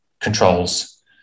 controls